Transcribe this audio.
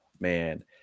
Man